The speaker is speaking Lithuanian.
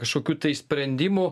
kažkokių tai sprendimų